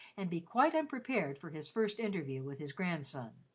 and be quite unprepared for his first interview with his grandson.